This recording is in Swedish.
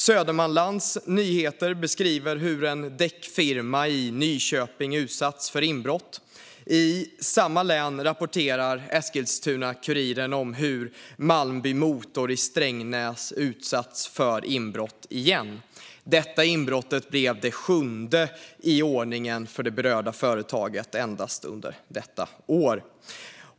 Södermanlands Nyheter beskrev hur en däckfirma i Nyköping utsatts för inbrott. I samma län rapporterade Eskilstuna-Kuriren att Malmby Motor i Strängnäs utsatts för inbrott igen. Det blev det sjunde i ordningen för det berörda företaget under endast detta år.